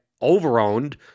over-owned